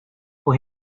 for